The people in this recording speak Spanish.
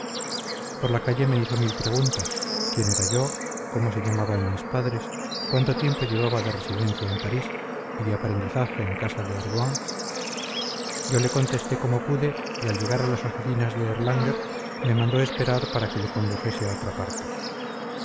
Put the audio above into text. por la calle me hizo mil preguntas quién era yo cómo se llamaban mis padres cuánto tiempo llevaba de residencia en parís y de aprendizaje en casa de ardoin yo le contesté como pude y al llegar a las oficinas de erlanger me mandó esperar para que le condujese a otra parte